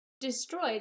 destroyed